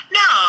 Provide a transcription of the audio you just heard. no